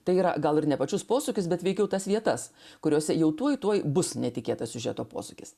tai yra gal ir ne pačius posūkis bet veikiau tas vietas kuriose jau tuoj tuoj bus netikėtas siužeto posūkis